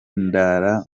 ndara